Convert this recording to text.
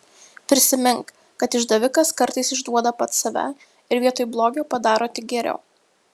prisimink kad išdavikas kartais išduoda pats save ir vietoj blogio padaro tik geriau